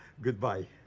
goodbye.